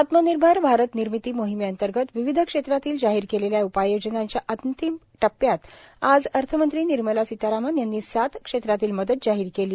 आत्मनिर्भर भारत निर्मिती मोहिमे अंतर्गत विविध क्षेत्रातील जाहीर केलेल्या उपाय योजनाच्या अंतिम टप्प्यात आज अर्थमंत्री निर्मला सीतरमण यांनी सात क्षेत्रातील मदत जाहीर केली